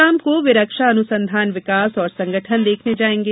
शाम को वे रक्षा अनुसंधान विकास और संगठन देखने जाएंगे